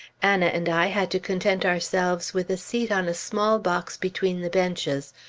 anna and i had to content ourselves with a seat on a small box between the benches,